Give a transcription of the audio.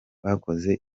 bakoze